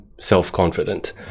self-confident